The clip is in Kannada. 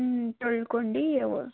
ಹ್ಞೂ ತೊಳೊಕೊಂಡಿ ಅವು